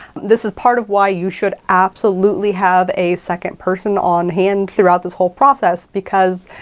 this is part of why you should absolutely have a second person on hand throughout this whole process because,